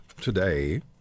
today